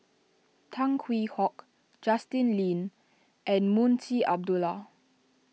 Tan Hwee Hock Justin Lean and Munshi Abdullah